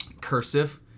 Cursive